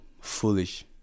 foolish